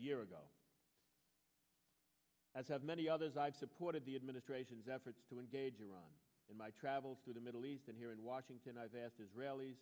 year ago as have many others i've supported the administration's efforts to engage iran in my travels through the middle east and here in washington i've asked israelis